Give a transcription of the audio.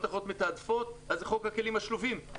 אחרות מתעדפות אז זה חוק הכלים השלובים,